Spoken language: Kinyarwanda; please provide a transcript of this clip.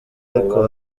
ariko